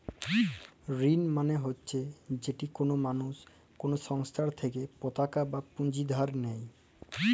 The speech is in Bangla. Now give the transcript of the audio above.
ঋল মালে হছে যেট কল মালুস কল সংস্থার থ্যাইকে পতাকা বা পুঁজি ধার লেই